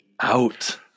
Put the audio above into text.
out